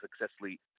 successfully